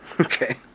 Okay